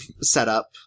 setup